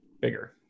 bigger